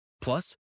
Plus